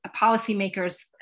policymakers